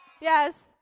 Yes